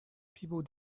people